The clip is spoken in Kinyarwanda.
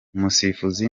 umusifuzi